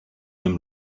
them